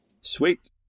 Sweet